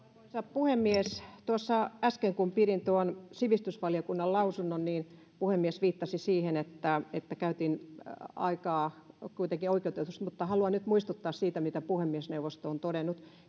puhemies tuossa äsken kun pidin tuon sivistysvaliokunnan lausunnon niin puhemies viittasi siihen että että käytin aikaa kuitenkin oikeutetusti mutta haluan nyt muistuttaa siitä mitä puhemiesneuvosto on todennut